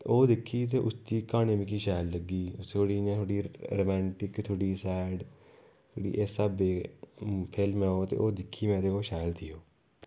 ओह् दिक्खी ते उसदी क्हानी मिगी शैल लग्गी थोह्ड़ी इ'यां थोह्ड़ी रामिंटक थोह्ड़ी सैड थोह्ड़ी इस स्हाबै दी फिल्म ऐ ओह् दिक्खी में ते ओह् शैल ही